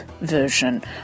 version